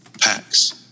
packs